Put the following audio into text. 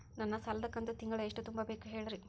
ನನ್ನ ಸಾಲದ ಕಂತು ತಿಂಗಳ ಎಷ್ಟ ತುಂಬಬೇಕು ಹೇಳ್ರಿ?